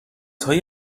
های